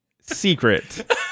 secret